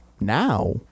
Now